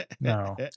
No